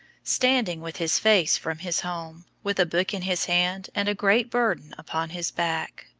standing with his face from his home, with a book in his hand and a great burden upon his back.